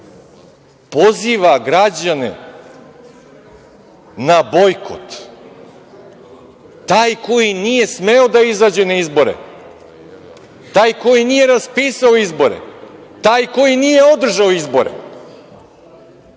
poziva građane na bojkot, taj koji nije smeo da izađe na izbore, taj koji nije raspisao izbore, taj koji nije održao izbore.